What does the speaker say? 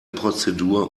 prozedur